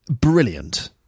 brilliant